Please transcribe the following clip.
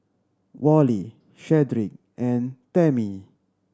Wally Shedrick and Tammy